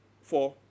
Four